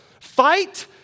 Fight